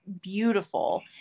beautiful